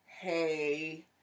hey